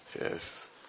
Yes